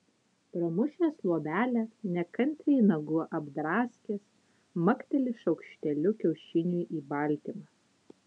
pramušęs luobelę nekantriai nagu apdraskęs makteli šaukšteliu kiaušiniui į baltymą